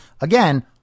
Again